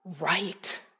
right